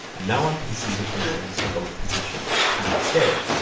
and now i can see the keyframes for both position and scale.